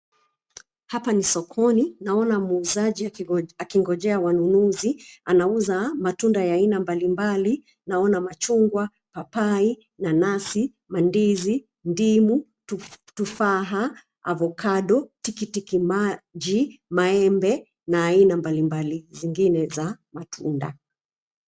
Hapa ni sokoni naona muuzaji akingojea wanunuzi. Anauza matunda ya aina mbali mbali . Naona machungwa, papai, nanasi, mandizi, ndimu, tufaha, avocado, tikitiki-maji, maembe na aina mbali mbali zingine za matunda.